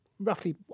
Roughly